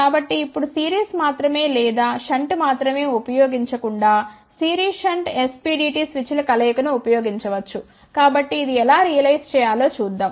కాబట్టి ఇప్పుడు సిరీస్ మాత్రమే లేదా షంట్ మాత్రమే ఉపయోగించకుండా సిరీస్ షంట్ SPDT స్విచ్ కలయికను ఉపయోగించవచ్చు కాబట్టి ఇది ఎలా రియలైజ్ చేయాలో చూద్దాం